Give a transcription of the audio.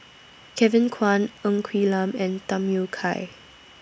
Kevin Kwan Ng Quee Lam and Tham Yui Kai